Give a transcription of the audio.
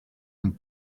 and